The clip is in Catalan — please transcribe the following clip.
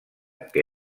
que